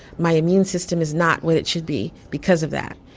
my immune system is not what it should be because of that.